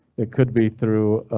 it could be through.